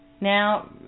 now